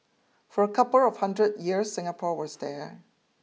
for a couple of hundred years Singapore was there